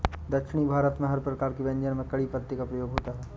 दक्षिण भारत में हर प्रकार के व्यंजन में कढ़ी पत्ते का प्रयोग होता है